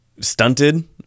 stunted